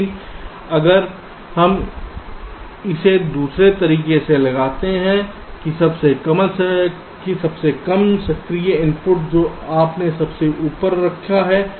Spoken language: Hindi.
लेकिन अगर हम इसे दूसरे तरीके से लगाते हैं की सबसे कम सक्रिय इनपुट जो आपने सबसे ऊपर रखा है